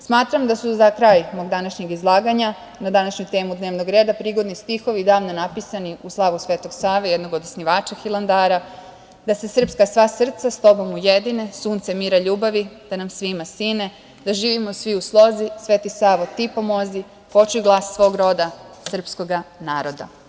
Smatram da su, za kraj mog današnjeg izlaganja na današnju temu dnevnog reda, prigodni stihovi davno napisani u slavu Svetog Save, jednog od osnivača Hilandara - „da se srpska sva srca s tobom ujedine, sunce mira ljubavi, da nam svima sine, da živimo svi u slozi Sveti Savo ti pomozi, hoću glas svog roda srpskog naroda“